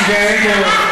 הוא מתגאה בו.